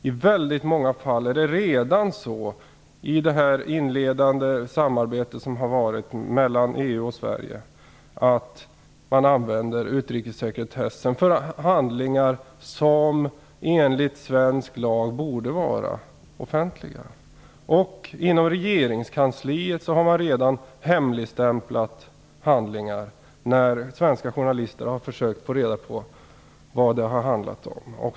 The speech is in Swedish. I väldigt många fall i det inledandet arbetet mellan EU och Sverige är det redan så att man använder utrikessekretessen för handlingar som enligt svensk lag borde vara offentliga. Inom regeringskansliet har man redan hemligstämplat handlingar när svenska journalister har försökt att få reda på vad de har handlat om.